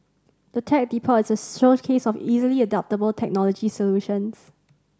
the Tech Depot is a showcase of easily adoptable technology solutions